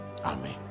Amen